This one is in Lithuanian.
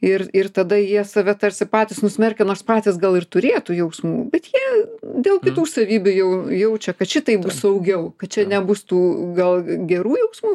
ir ir tada jie save tarsi patys nusmerkia nors patys gal ir turėtų jausmų bet jie dėl kitų savybių jau jaučia kad šitaip saugiau kad čia nebus tų gal gerų jausmų